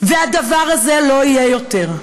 והדבר הזה לא יהיה יותר.